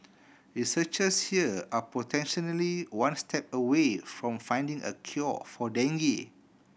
researchers here are potentially one step away from finding a cure for dengue